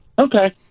Okay